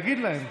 תגיד להם.